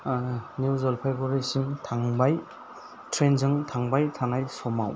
आङो निउ जलफायगुरिसिम थांबाय ट्रेनजों थांबाय थानाय समाव